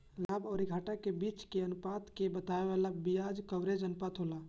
लाभ अउरी घाटा के बीच के अनुपात के बतावे वाला बियाज कवरेज अनुपात होला